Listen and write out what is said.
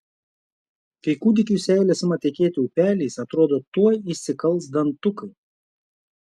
kai kūdikiui seilės ima tekėti upeliais atrodo tuoj išsikals dantukai